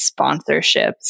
sponsorships